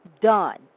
done